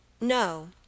No